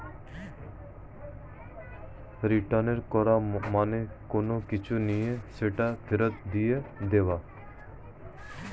return করা মানে কোনো কিছু নিয়ে সেটাকে ফেরত দিয়ে দেওয়া